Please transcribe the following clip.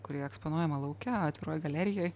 kuri eksponuojama lauke atviroj galerijoj